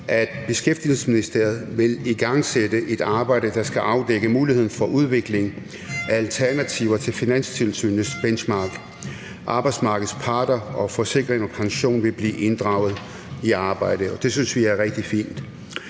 at Beskæftigelsesministeriet vil igangsætte et arbejde, der skal afdække muligheden for udvikling af alternativer til Finanstilsynets Benchmark. Arbejdsmarkedets parter og Forsikring & Pension vil blive inddraget i arbejdet. Det synes vi er rigtig fint.